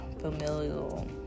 familial